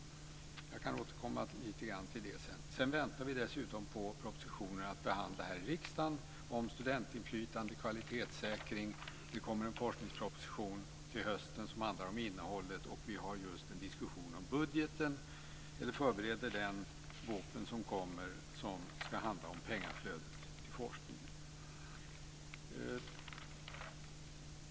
Jag kan återkomma lite grann till det sedan. Sedan väntar vi dessutom på propositioner att behandla här i riksdagen om studentinflytande och kvalitetssäkring, och det kommer en forskningsproposition till hösten som handlar om innehållet. Vi förbereder också den vårproposition som kommer, som ska handla om pengaflödet till forskningen.